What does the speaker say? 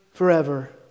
forever